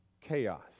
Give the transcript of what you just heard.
chaos